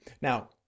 Now